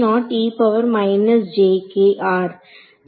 நமக்கு தெரியும்